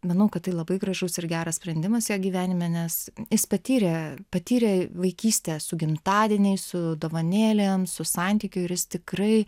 manau kad tai labai gražus ir geras sprendimas jo gyvenime nes jis patyrė patyrė vaikystę su gimtadieniais su dovanėlėm su santykiu ir jis tikrai